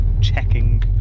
checking